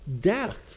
death